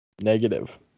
negative